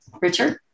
Richard